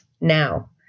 Now